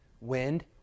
wind